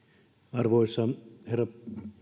arvoisa herra